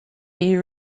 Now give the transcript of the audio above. you